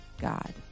God